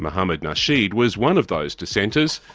mohammad nasheed was one of those dissenters.